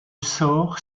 sort